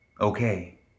Okay